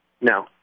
No